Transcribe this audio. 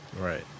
Right